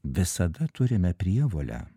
visada turime prievolę